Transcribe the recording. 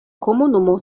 komunumo